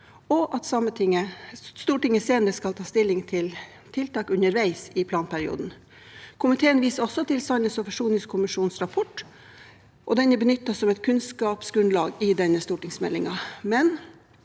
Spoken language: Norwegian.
og at Stortinget senere skal ta stilling til tiltak underveis i planperioden. Komiteen viser også til sannhets- og forsoningskommisjonens rapport. Den er benyttet som et kunnskapsgrunnlag for denne stortingsmeldingen,